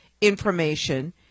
information